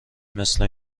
مثل